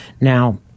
Now